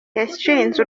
yashinze